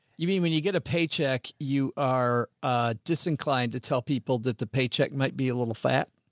you mean when you get a paycheck, you are ah disinclined to tell people that the paycheck might be a little fat.